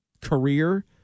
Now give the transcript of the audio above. career